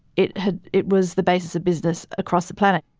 it had it was the basis of business across the planet,